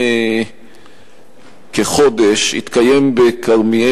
אמרתי: לא רק שהוא בבניין, הוא גם באולם.